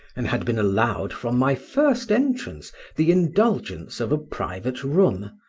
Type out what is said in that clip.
and had been allowed from my first entrance the indulgence of a private room,